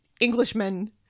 Englishmen